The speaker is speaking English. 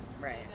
Right